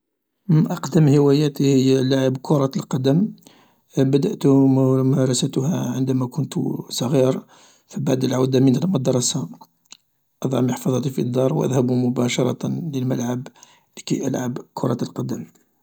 أقدم هواياتي هي لعب كرة القدم بدأت ممارستها عندما كنت صغير فبعد العودة من المدرسة أضع محفضتي في الدار و أذهب مباشرة إلى الملعب لكي ألعب كرة القدم.